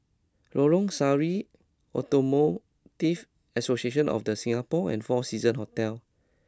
Lorong Sari Automobile Deep Association of The Singapore and Four Seasons Hotel